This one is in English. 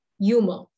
humor